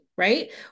Right